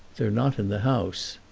they're not in the house.